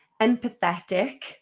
empathetic